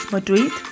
Madrid